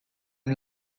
une